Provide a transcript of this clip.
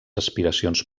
aspiracions